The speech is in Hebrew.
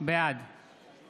בעד